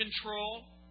control